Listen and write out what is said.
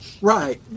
Right